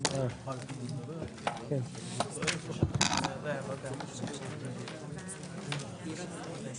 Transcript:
<< סיום >> הישיבה ננעלה בשעה 11:54. <<